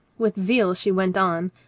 with zeal she went on.